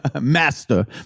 master